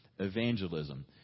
Evangelism